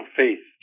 faith